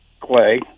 Clay